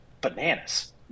bananas